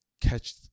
catch